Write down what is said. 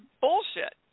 bullshit